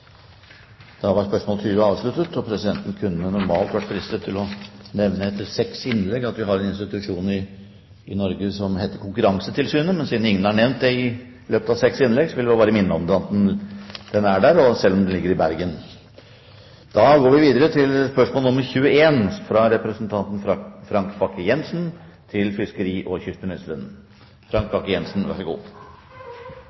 Da var spørsmål 20 avsluttet. Presidenten kunne normalt vært fristet til å nevne, etter seks innlegg, at vi har en institusjon i Norge som heter Konkurransetilsynet, men siden ingen har nevnt det i løpet av seks innlegg, vil jeg bare minne om at den er der, selv om den ligger i Bergen. Jeg tillater meg å stille følgende spørsmål